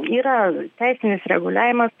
yra teisinis reguliavimas